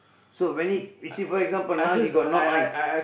so when he you see for example now he got no eyes